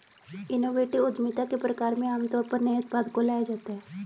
innovative उद्यमिता के प्रकार में आमतौर पर नए उत्पाद को लाया जाता है